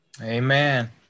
Amen